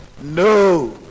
No